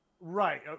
Right